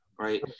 right